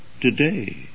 today